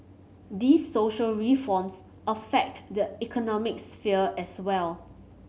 these social reforms affect the economic sphere as well